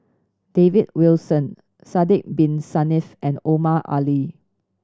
David Wilson Sidek Bin Saniff and Omar Ali